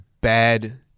bad